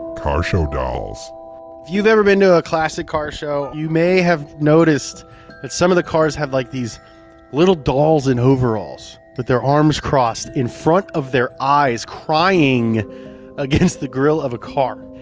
car show dolls. if you've ever been to a classic car show, you may have noticed that some of the cars have like, these little dolls in overalls with but their arms crossed in front of their eyes, crying against the grill of a car.